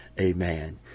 Amen